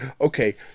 okay